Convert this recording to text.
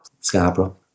Scarborough